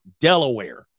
Delaware